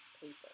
paper